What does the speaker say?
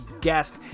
guest